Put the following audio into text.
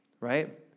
right